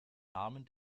namen